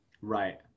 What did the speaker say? Right